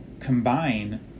combine